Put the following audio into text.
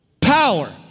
power